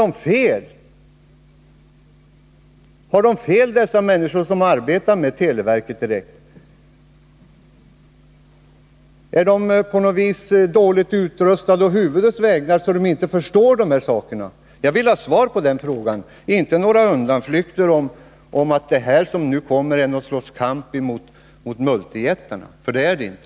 Nu frågar jag Rolf Sellgren: Har dessa människor fel, som arbetar på televerket och som direkt berörs? Är de på något vis dåligt utrustade å huvudets vägnar, så att de inte förstår den saken? Jag vill ha svar på frågan, inte några undanflykter om att det här som nu kommer är något slags kamp mot multijättarna, för det är det inte.